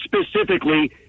specifically